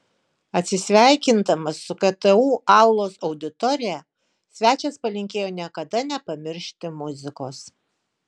atsisveikindamas su ktu aulos auditorija svečias palinkėjo niekada nepamiršti muzikos